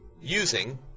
using